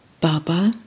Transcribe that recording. Baba